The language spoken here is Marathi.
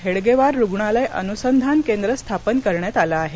हेडगेवार रुग्णालय अनुसंधान केंद्र स्थापन करण्यात आले आहे